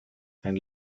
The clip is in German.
ein